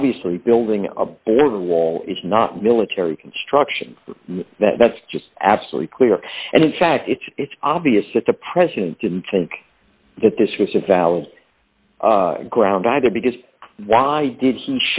obviously building a border wall is not military construction that's just absolutely clear and in fact it's it's obvious that the president didn't think that this was a valid ground either because why did